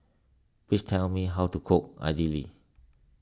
please tell me how to cook Idili